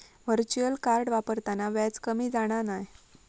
virtual card वापरताना व्याज कमी जाणा नाय